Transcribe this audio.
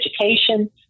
education